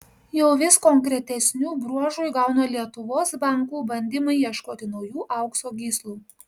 jau vis konkretesnių bruožų įgauna lietuvos bankų bandymai ieškoti naujų aukso gyslų